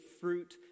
fruit